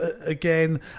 again